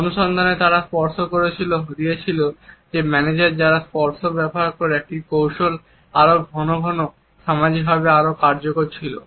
অনুসন্ধানে তারা পরামর্শ দিয়েছিল যে ম্যানেজার যারা স্পর্শ ব্যবহার করে একটি কৌশল আরও ঘন ঘন সামাজিকভাবে আরও কার্যকর ছিল